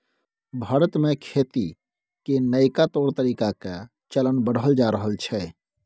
भारत में खेती के नइका तौर तरीका के चलन बढ़ल जा रहल छइ